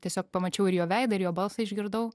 tiesiog pamačiau ir jo veidą ir jo balsą išgirdau